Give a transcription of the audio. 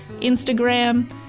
Instagram